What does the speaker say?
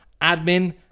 admin